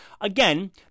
Again